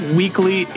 weekly